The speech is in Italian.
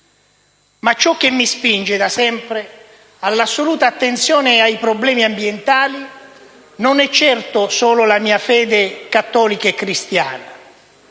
Ma ciò che mi spinge da sempre all'assoluta attenzione ai problemi ambientali non è certo solo la mia fede cattolica e cristiana.